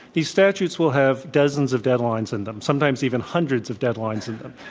these statutes will have dozens of deadlines in them, sometimes even hundreds of deadlines in them.